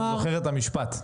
אני זוכר את המשפט.